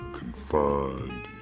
confined